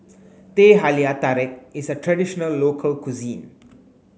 Teh Halia Tarik is a traditional local cuisine